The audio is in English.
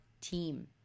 team